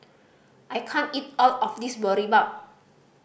I can't eat all of this Boribap